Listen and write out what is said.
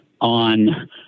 on